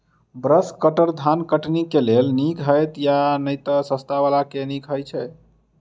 Brush cutter धान कटनी केँ लेल नीक हएत या नै तऽ सस्ता वला केँ नीक हय छै?